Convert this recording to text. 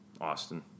Austin